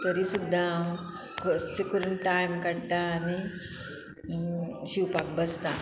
तरी सुद्दां हांव कसले करून टायम काडटा आनी शिवपाक बसतां